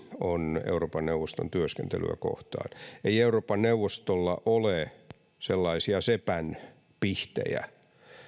on euroopan neuvoston työskentelyä kohtaan ei euroopan neuvostolla ole sellaisia sepän pihtejä